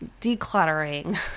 decluttering